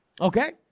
Okay